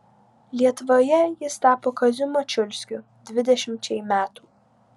lietuvoje jis tapo kaziu mačiulskiu dvidešimčiai metų